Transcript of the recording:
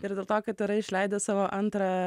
ir dėl to kad yra išleidęs savo antrą